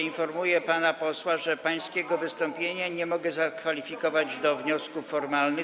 Informuję pana posła, że pańskiego wystąpienia nie mogę zakwalifikować do wniosków formalnych.